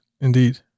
Indeed